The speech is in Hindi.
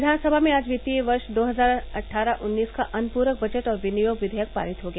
कियानसभा में आज कित्तीय वर्ष दो हजार अट्ठारह उन्नीस का अनुपूरक बजट और विनियोग कियेयक पारित हो गया